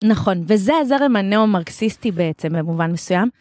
נכון, וזה הזרם הנאו-מרקסיסטי בעצם במובן מסוים.